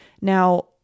Now